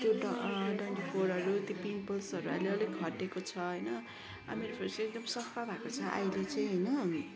त्यो ड डन्टिफोरहरू त्यो पिम्पल्सहरू अहिले अलिक हटेको छ होइन अब मेरो फेस चाहिँ एकदम सफा भएको छ अहिले चाहिँ होइन